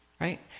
right